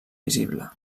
visible